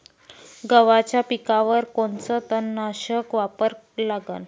गव्हाच्या पिकावर कोनचं तननाशक वापरा लागन?